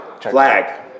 flag